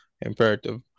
imperative